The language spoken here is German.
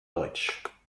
deutsch